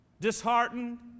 disheartened